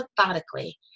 methodically